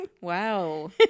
wow